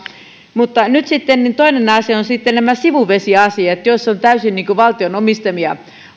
sitten toinen asia on nämä sivuvesiasiat jos on täysin valtion omistamia